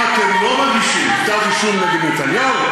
אם אתם לא מגישים כתב אישום נגד נתניהו,